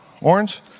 orange